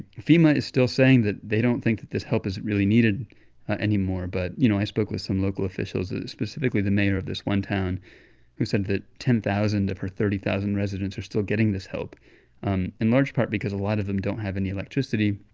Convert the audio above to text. fema is still saying that they don't think that this help is really needed anymore. but, you know, i spoke with some local officials, specifically the mayor of this one town who said that ten thousand of her thirty thousand residents are still getting this help um in large part because a lot of them don't have any electricity,